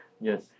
Yes